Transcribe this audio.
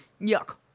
yuck